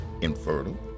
infertile